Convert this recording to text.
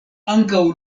ankaŭ